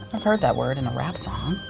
i've heard that word in a rap song.